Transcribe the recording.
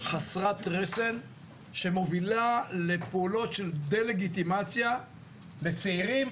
חסרת רסן שמובילה לפעולות של דה-לגיטימציה לצעירים,